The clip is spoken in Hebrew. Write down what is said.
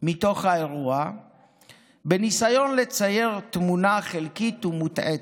מתוך האירוע בניסיון לצייר תמונה חלקית ומוטעית.